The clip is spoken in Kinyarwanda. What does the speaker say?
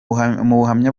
buhamya